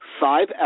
five